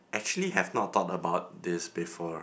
actually have not thought about this before